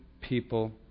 people